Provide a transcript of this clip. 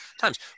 times